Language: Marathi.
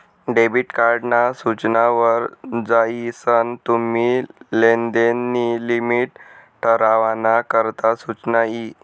डेबिट कार्ड ना सूचना वर जायीसन तुम्ही लेनदेन नी लिमिट ठरावाना करता सुचना यी